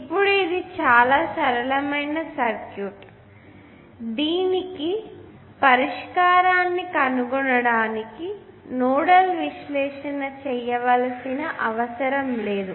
ఇప్పుడు ఇది చాలా సరళమైన సర్క్యూట్ దీనికి పరిష్కారాన్ని కనుగొనడానికి నోడల్ విశ్లేషణ చేయవలసిన అవసరం లేదు